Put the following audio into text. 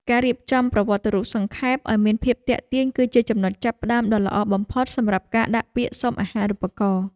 ការរៀបចំប្រវត្តិរូបសង្ខេបឱ្យមានភាពទាក់ទាញគឺជាចំណុចចាប់ផ្តើមដ៏ល្អបំផុតសម្រាប់ការដាក់ពាក្យសុំអាហារូបករណ៍។